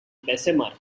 bessemer